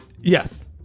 Yes